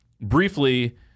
briefly